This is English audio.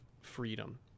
freedom